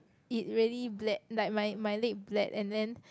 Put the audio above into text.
it really bled like my my leg bled and then